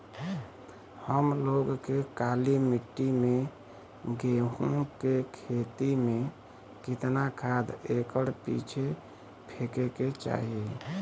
हम लोग के काली मिट्टी में गेहूँ के खेती में कितना खाद एकड़ पीछे फेके के चाही?